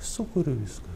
sūkurių viską